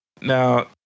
now